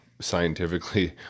scientifically